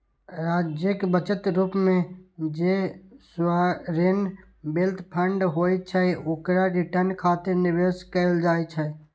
राज्यक बचत रूप मे जे सॉवरेन वेल्थ फंड होइ छै, ओकरा रिटर्न खातिर निवेश कैल जाइ छै